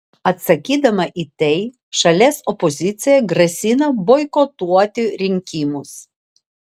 atsakydama į tai šalies opozicija grasina boikotuoti rinkimus